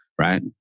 right